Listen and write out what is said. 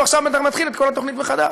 עכשיו הוא בטח מתחיל את כל התוכנית מחדש.